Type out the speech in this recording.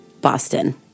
Boston